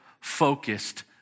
focused